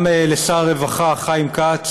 גם לשר הרווחה חיים כץ